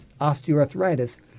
osteoarthritis